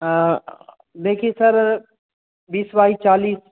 देखिए सर बीस बाय चालीस